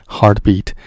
Heartbeat